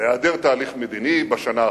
להיעדר תהליך מדיני בשנה האחרונה.